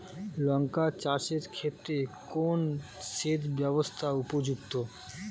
লঙ্কা চাষের ক্ষেত্রে কোন সেচব্যবস্থা উপযুক্ত?